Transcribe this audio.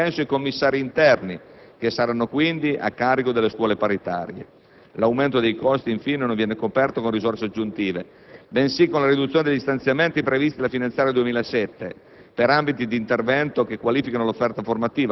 e legalmente riconosciuti, escludendo da tale compenso i commissari interni, che saranno quindi a carico delle scuole paritarie. L'aumento dei costi, infine, non viene coperto con risorse aggiuntive, bensì con la riduzione degli stanziamenti previsti dalla finanziaria 2007